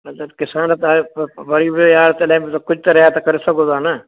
मतलबु किसान त आहे पर वरी बि यार तॾहिं बि कुझु त रिआयत करे सघो था न